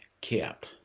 kept